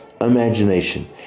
imagination